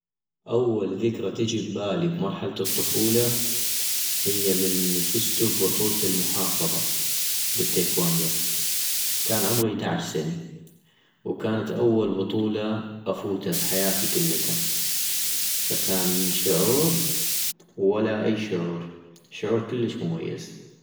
اول ذكرى تجي ابالي بمرحلة الطفولة هي من فزتو ابطولة المحافظة بالتايكواندو - كان عمغي ايدعش سني ،وكانت أول بطولة افوتا بحياتي كلتا - فكان شعور ولا اي شعور، شعور كلش مميز